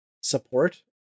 support